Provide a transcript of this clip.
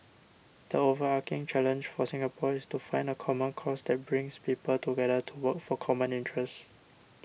the overarching challenge for Singapore is to find a common cause that brings people together to work for common interests